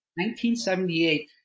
1978